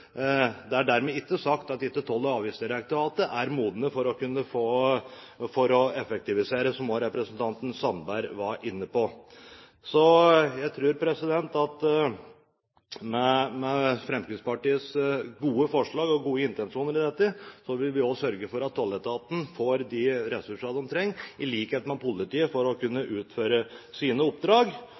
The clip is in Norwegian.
Det er dermed ikke sagt at ikke Toll- og avgiftsdirektoratet er modne for å kunne effektivisere, som også representanten Sandberg var inne på. Når det gjelder Fremskrittspartiets gode forslag og gode intensjoner, vi vil også sørge for at tolletaten få de ressursene de trenger, i likhet med politiet, for å kunne utføre sine oppdrag.